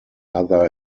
other